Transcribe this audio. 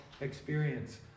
experience